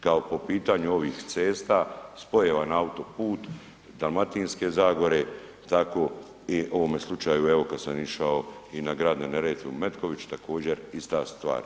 Kao po pitanju ovih cesta, spojeva na autoput, Dalmatinske zagore, tako i u ovome slučaju evo kad sam išao i na grad na Neretvi u Metković, također ista stvar.